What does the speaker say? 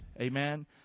Amen